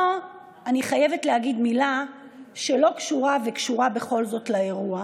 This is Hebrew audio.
פה אני חייבת להגיד מילה שלא קשורה ובכל זאת קשורה לאירוע.